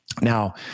Now